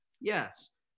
yes